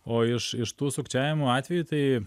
o iš iš tų sukčiavimo atvejų tai